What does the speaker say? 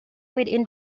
within